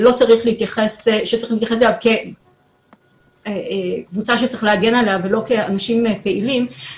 שצריכים להתייחס אליו כקבוצה שצריך להגן עליה ולא כאנשים פעילים,